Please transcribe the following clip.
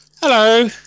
Hello